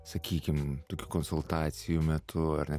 sakykim tokių konsultacijų metu ar ne